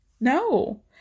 No